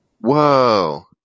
Whoa